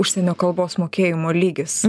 užsienio kalbos mokėjimo lygis